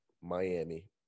Miami